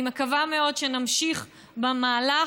אני מקווה מאוד שנמשיך במהלך.